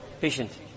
patient